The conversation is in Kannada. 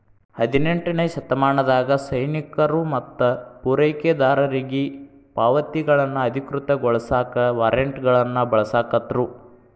ಹದಿನೆಂಟನೇ ಶತಮಾನದಾಗ ಸೈನಿಕರು ಮತ್ತ ಪೂರೈಕೆದಾರರಿಗಿ ಪಾವತಿಗಳನ್ನ ಅಧಿಕೃತಗೊಳಸಾಕ ವಾರ್ರೆಂಟ್ಗಳನ್ನ ಬಳಸಾಕತ್ರು